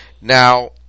Now